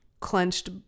clenched